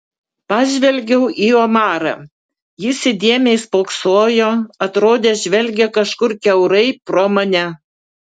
pažvelgiau į omarą jis įdėmiai spoksojo atrodė žvelgia kažkur kiaurai pro mane